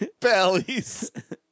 bellies